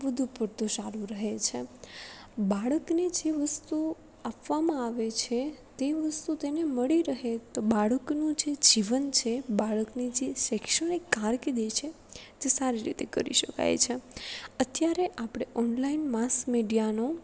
તો વધું પડતું સારું રહે છે બાળકને જે વસ્તુ આપવામાં આવે છે તે વસ્તુ તેને મળી રહે તો બાળકનું જે જીવન છે બાળકની જે શૈક્ષણિક કારકિર્દી છે તે સારી રીતે કરી શકાય છે અત્યારે આપણે ઓનલાઈન માસ મીડિયાનો